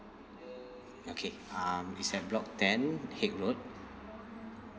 okay um it's at block ten haig road